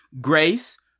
grace